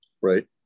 Right